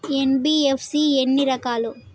NBFC ఎన్ని రకాలు?